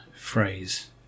phrase